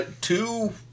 two